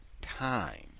time